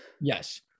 yes